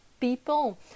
people